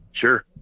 sure